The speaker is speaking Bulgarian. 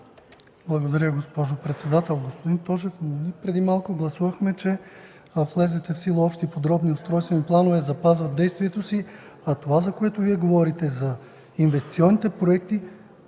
Благодаря, госпожо председател.